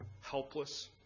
helpless